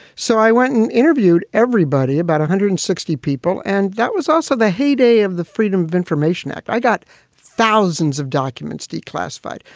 so i went and interviewed everybody, about one hundred and sixty people. and that was also the heyday of the freedom of information act. i got thousands of documents declassified,